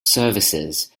services